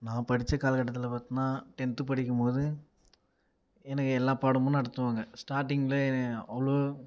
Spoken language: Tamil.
நான் படித்த கால கட்டத்தில் பார்த்தன்னா டென்த் படிக்கும் போது எனக்கு எல்லா பாடமும் நடத்துவாங்க ஸ்டார்டிங்கில் அவ்வளோ